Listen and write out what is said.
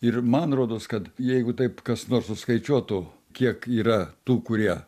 ir man rodos kad jeigu taip kas nors suskaičiuotų kiek yra tų kurie